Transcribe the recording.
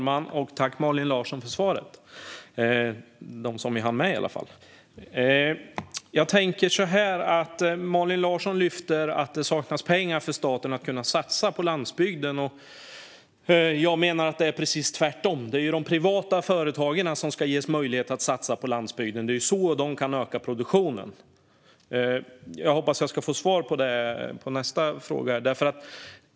Fru talman! Tack, Malin Larsson, för svaret - åtminstone det som hanns med! Malin Larsson lyfter upp att staten saknar pengar att kunna satsa på landsbygden. Jag menar att det är precis tvärtom. Det är de privata företagen som ska ges möjlighet att satsa på landsbygden. På så vis kan de öka produktionen. Jag hoppas att jag får svar på det i nästa inlägg.